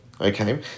Okay